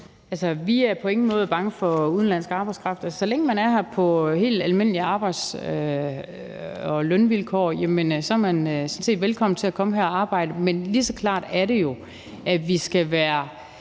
Vi er på ingen måder bange for udenlandsk arbejdskraft. Så længe man er her på helt almindelige arbejds- og lønvilkår, er man sådan set velkommen til at komme her og arbejde. Men lige så klart er det jo, at vi skal være